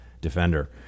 defender